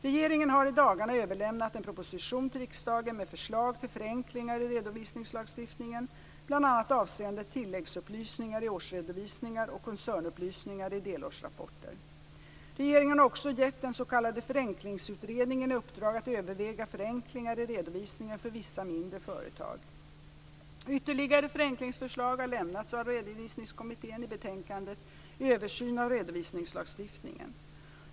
Regeringen har i dagarna överlämnat en proposition till riksdagen med förslag till förenklingar i redovisningslagstiftningen bl.a. avseende tilläggsupplysningar i årsredovisningar och koncernupplysningar i delårsrapporter. Regeringen har också gett den s.k. Förenklingsutredningen i uppdrag att överväga förenklingar i redovisningen för vissa mindre företag. Ytterligare förenklingsförslag har lämnats av Redovisningskommittén i betänkandet Översyn av redovisningslagstiftningen.